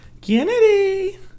Kennedy